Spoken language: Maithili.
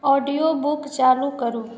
ऑडियो बुक चालू करू